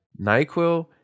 NyQuil